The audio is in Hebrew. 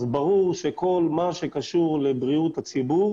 ברור שכל מה שקשור לבריאות הציבור